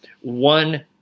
One